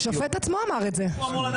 השופט עצמו אמר את זה.